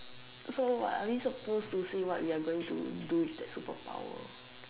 so what are we suppose to say what we are going to do with that superpower